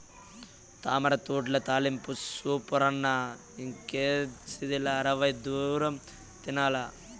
తామరతూడ్ల తాలింపు సూపరన్న ఇంకేసిదిలా అరవై దూరం తినాల్ల